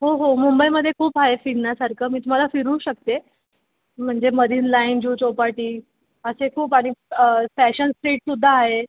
हो हो मुंबईमध्ये खूप आहे फिरण्यासारखं मी तुम्हाला फिरवू शकते म्हणजे मरिन लाईन जुहू चौपाटी असे खूप आणि फॅशन स्ट्रीट सुद्धा आहे